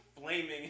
flaming